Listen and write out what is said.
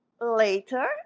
later